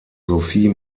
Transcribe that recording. sophie